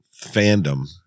fandom